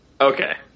Okay